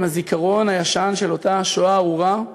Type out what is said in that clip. עם הזיכרון הישן של השואה הארורה,